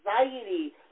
anxiety